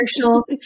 commercial